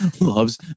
loves